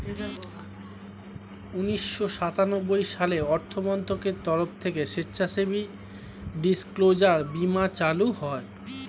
উন্নিশো সাতানব্বই সালে অর্থমন্ত্রকের তরফ থেকে স্বেচ্ছাসেবী ডিসক্লোজার বীমা চালু হয়